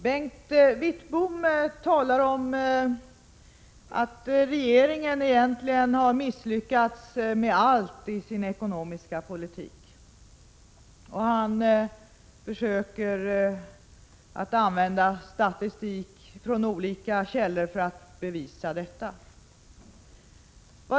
Bengt Wittbom talar om att regeringen egentligen har misslyckats med allt i sin ekonomiska politik, och han försöker använda statistik från olika källor för att bevisa detta.